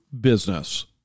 business